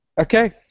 Okay